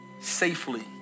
safely